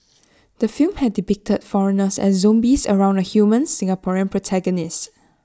the film had depicted foreigners as zombies around A human Singaporean protagonist